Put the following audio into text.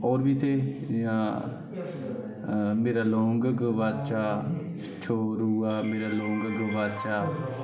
और बी थे मेरा लोंग गुआचा छोरया मेरा लौंग गुआचा